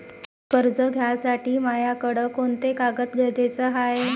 कर्ज घ्यासाठी मायाकडं कोंते कागद गरजेचे हाय?